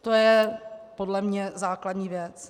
To je podle mne základní věc.